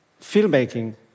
Filmmaking